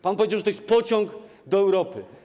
Pan powiedział, że to jest pociąg do Europy.